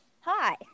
Hi